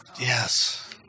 Yes